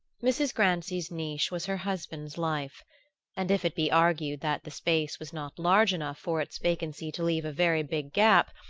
mrs. grancy's niche was her husband's life and if it be argued that the space was not large enough for its vacancy to leave a very big gap,